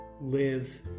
live